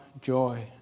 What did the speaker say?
joy